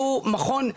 שהוא מכון,